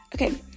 Okay